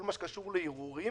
כל הקשור לערעורים